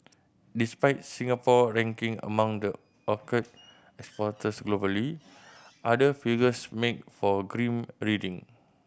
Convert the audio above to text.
despite Singapore ranking among the orchid exporters globally other figures make for grim reading